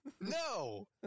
no